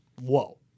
whoa